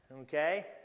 okay